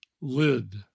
Lid